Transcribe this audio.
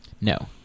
No